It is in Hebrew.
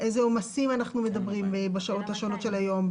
על אילו עומסים אנחנו מדברים בשעות השונות של היום.